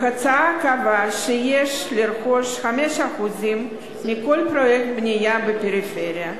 ההצעה היתה שיש לרכוש 5% מכל פרויקט בנייה בפריפריה.